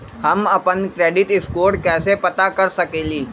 हम अपन credit score कैसे पता कर सकेली?